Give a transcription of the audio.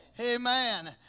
Amen